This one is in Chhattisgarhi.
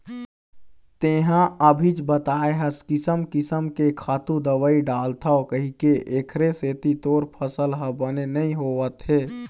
तेंहा अभीच बताए हस किसम किसम के खातू, दवई डालथव कहिके, एखरे सेती तोर फसल ह बने नइ होवत हे